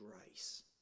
grace